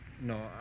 No